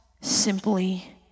simply